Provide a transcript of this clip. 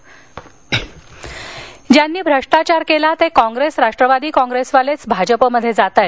आंबेडकर ज्यांनी भ्रष्टाचार केला ते काँग्रेस राष्ट्रवादी काँग्रेसवाले भाजपमध्ये जात आहे